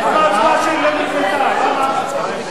ההצבעה שלי לא נקלטה, למה?